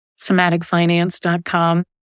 somaticfinance.com